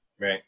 Right